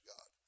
God